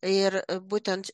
ir būtent